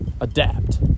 Adapt